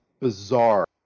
bizarre